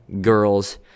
girls